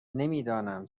نمیدانم